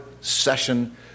session